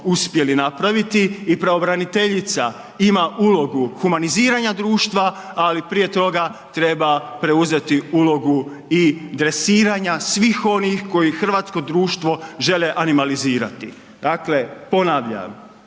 uspjeli napraviti i pravobraniteljica ima ulogu humaniziranja društva ali prije toga treba preuzeti ulogu i dresiranja svih onih koji hrvatsko društvo žele animalizirati. Dakle ponavljam,